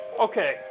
Okay